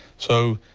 so,